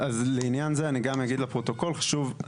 לעניין זה אגיד גם לפרוטוקול חשוב,